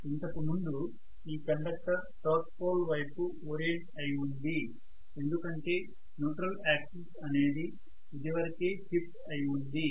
ఇంతకుముందు ఈ conductor south pole వైపు ఓరియెంట్ అయి ఉంది ఎందుకంటే న్యూట్రల్ యాక్సిస్ అనేది ఇదివరకే షిఫ్ట్ అయి ఉంది